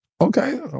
okay